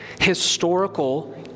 historical